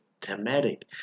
thematic